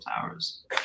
towers